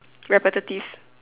repetitive